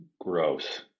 gross